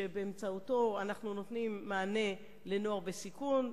שבאמצעותו אנחנו נותנים מענה לנוער בסיכון,